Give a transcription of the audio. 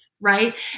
right